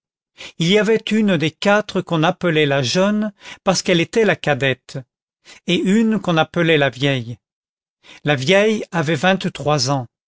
il y avait une des quatre qu'on appelait la jeune parce qu'elle était la cadette et une qu'on appelait la vieille la vieille avait vingt-trois ans